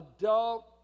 adult